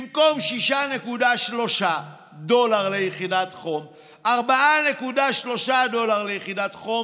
במקום 6.3 דולר ליחידת חום, 4.3 דולר ליחידת חום.